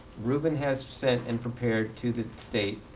ruben has said and compared to the state,